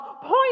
point